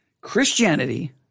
Christianity